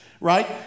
right